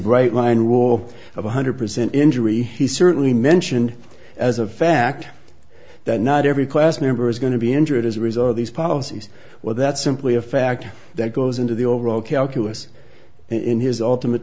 bright line rule of one hundred percent injury he certainly mentioned as a fact that not every class member is going to be injured as a result of these policies or that simply a factor that goes into the overall calculus in his ultimate